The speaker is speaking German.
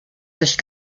sich